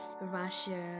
russia